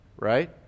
right